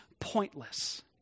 pointless